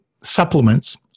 supplements